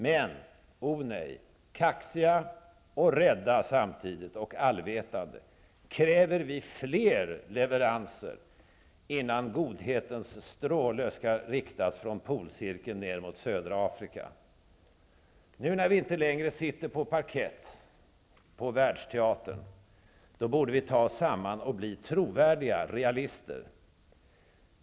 Men, o nej, kaxiga och rädda samtidigt och allvetande kräver vi fler leveranser innan godhetens stråle skall riktas från polcirkeln ned mot södra Afrika. Nu när vi inte längre sitter på parkett på världsteatern borde vi ta oss samman och bli trovärdiga realister.